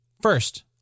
First